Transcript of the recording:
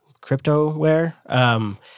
cryptoware